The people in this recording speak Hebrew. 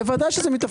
בוודאי שזה מתפקידנו.